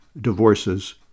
divorces